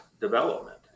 development